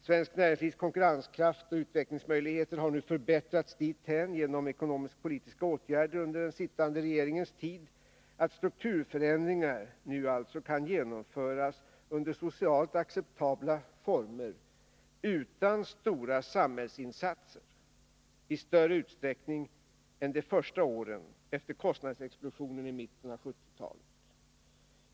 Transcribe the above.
Svenskt näringslivs konkurrenskraft och utvecklingsmöjligheter har förbättrats dithän genom ekonomisk-politiska åtgärder under den sittande regeringens tid, att strukturförändringar nu kan genomföras under socialt acceptabla former, utan stora samhällsinsatser, i större utsträckning än de första åren efter kostnadsexplosionen i mitten av 1970-talet.